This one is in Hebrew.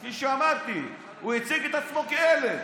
כפי שאמרתי, הוא הציג את עצמו כילד.